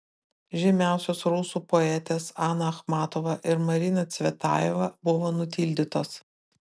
žymiausios rusų poetės ana achmatova ir marina cvetajeva buvo nutildytos